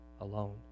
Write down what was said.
alone